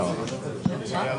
שזה הגיוני.